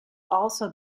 also